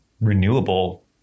renewable